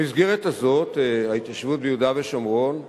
במסגרת הזאת, ההתיישבות ביהודה ושומרון,